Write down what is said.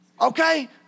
Okay